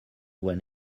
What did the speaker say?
when